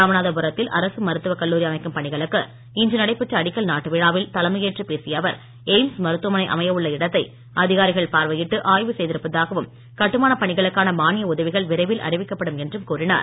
ராமநாதபுரத்தில் அரசு மருத்துவ கல்லூரி அமைக்கும் பணிகளுக்கு இன்று நடைபெற்ற அடிக்கல் நாட்டு விழாவில் தலைமையேற்று பேசிய அவர் ஏய்ம்ஸ் மருத்துவமனை அமைய உள்ள இடத்தை அதிகாரிகள் பார்வையிட்டு ஆய்வு செய்திருப்பதாகவும் கட்டுமான பணிகளுக்கான மானிய உதவிகள் விரைவில் அறிவிக்கப்படும் என்றும்கூறினார்